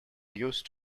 used